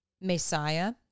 Messiah